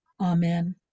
Amen